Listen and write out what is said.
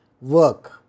work